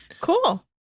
Cool